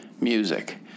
music